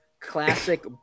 classic